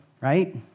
right